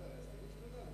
אז תגיש תלונה למבקר המדינה.